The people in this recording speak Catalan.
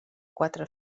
quatre